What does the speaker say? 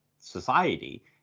society